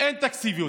שאין תקציב יותר.